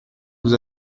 nous